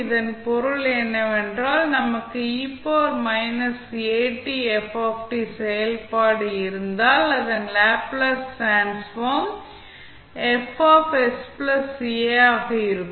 இதன் பொருள் என்னவென்றால் நமக்கு செயல்பாடு இருந்தால் அதன் லேப்ளேஸ் டிரான்ஸ்ஃபார்ம் ஆக இருக்கும்